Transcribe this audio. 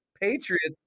Patriots